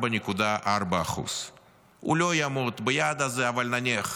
4.4%. הוא לא יעמוד ביעד הזה, אבל נניח,